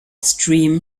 stream